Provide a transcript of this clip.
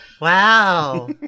Wow